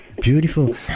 beautiful